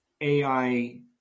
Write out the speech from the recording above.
AI